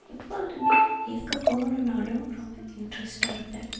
இப்பொழுதும் எங்கே போகணுன்னாலும் ரொம்ப இன்ட்ரெஸ்ட்டாக இருப்பேன்